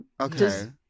Okay